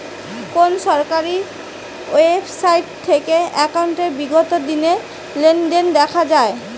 কোন সরকারি ওয়েবসাইট থেকে একাউন্টের বিগত দিনের লেনদেন দেখা যায়?